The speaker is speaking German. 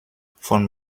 von